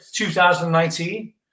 2019